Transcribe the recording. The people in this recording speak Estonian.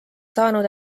saanud